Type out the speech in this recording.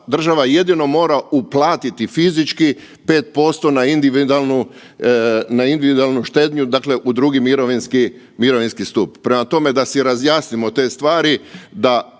država jedino mora uplatiti fizički 5% na individualnu štednju, dakle u II mirovinski stup. Prema tome, da si razjasnimo te stvari